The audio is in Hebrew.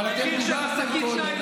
אבל אתם דיברתם קודם,